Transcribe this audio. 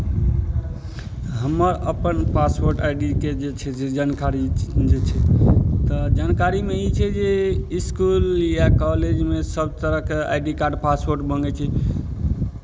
हमर अपन passport I D के जे छै जे जानकारी जे छै तऽ जानकारीमे ई छै जे इसकुल या कॉलेजमे सभ तरहके आई डी कार्ड पासवर्ड माँगै छै